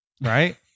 right